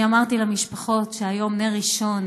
אני אמרתי למשפחות שהיום נר ראשון,